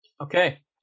okay